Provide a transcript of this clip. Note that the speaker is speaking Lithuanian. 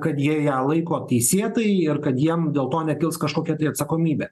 kad jie ją laiko teisėtai ir kad jiem dėl to nekils kažkokia tai atsakomybė